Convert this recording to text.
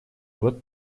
год